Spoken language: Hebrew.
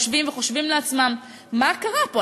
יושבים וחושבים לעצמם: מה קרה פה?